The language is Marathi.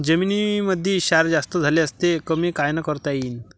जमीनीमंदी क्षार जास्त झाल्यास ते कमी कायनं करता येईन?